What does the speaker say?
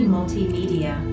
Multimedia